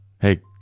Hey